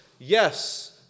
Yes